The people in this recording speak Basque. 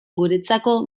guretzako